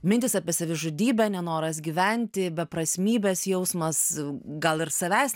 mintys apie savižudybę nenoras gyventi beprasmybės jausmas gal ir savęs